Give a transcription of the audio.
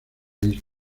isla